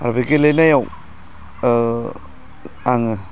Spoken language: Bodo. आरो बे गेलेनायाव आङो